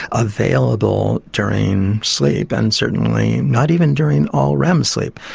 available during sleep, and certainly not even during all rem sleep.